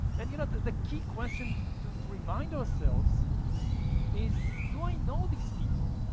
and you know the the key question to to to remind ourselves is do i know these people?